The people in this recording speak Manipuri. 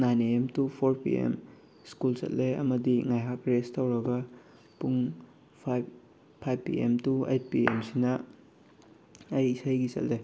nine A M to four P M school ꯆꯠꯂꯦ ꯑꯃꯗꯤ ꯉꯥꯏꯍꯥꯛ ꯔꯦꯁ ꯇꯧꯔꯒ ꯄꯨꯡ ꯐꯥꯏꯕ ꯐꯥꯏꯕ P M to eight P M ꯁꯤꯅ ꯑꯩ ꯏꯁꯩꯒꯤ ꯆꯠꯂꯦ